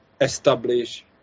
establish